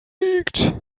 liegt